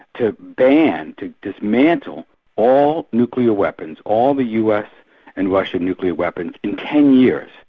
to ban, to dismantle all nuclear weapons, all the us and russian nuclear weapons in ten years.